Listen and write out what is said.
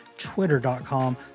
twitter.com